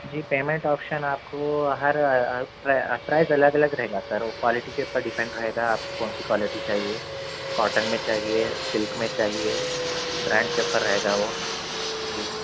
جی payment option آپ کو ہر پرائز الگ الگ رہے گا سر کوالیٹی کے اوپر ڈپنڈ رہے گا آپ کو کون سی کوالٹی چاہیے کاٹن میں چاہیے سلک میں چاہیے برانڈ سب پر رہے گا وہ جی